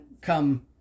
come